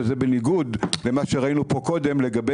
וזה בניגוד למה שראינו פה קודם לגבי